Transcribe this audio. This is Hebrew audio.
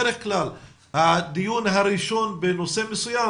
בדרך כלל הדיון הראשוני בנושא מסוים,